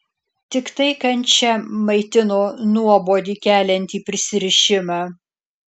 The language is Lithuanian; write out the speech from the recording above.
tiktai kančia maitino nuobodį keliantį prisirišimą